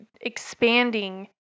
expanding